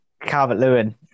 Calvert-Lewin